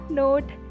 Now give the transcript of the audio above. note